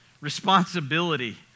responsibility